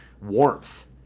warmth